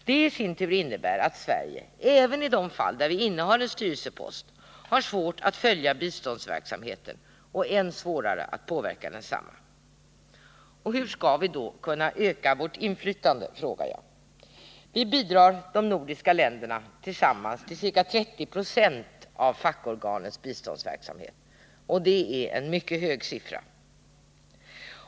Detta isin tur innebär att vi, även i de fall Sverige innehar en styrelsepost, har svårt att följa biståndsverksamheten och än svårare att påverka densamma. Hur skall vi då kunna öka vårt inflytande? Tillsammans bidrar de nordiska länderna till ca 30 20 av fackorganens biståndsverksamhet — och det är en mycket hög siffra.